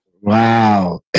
Wow